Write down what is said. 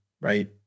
right